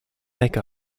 make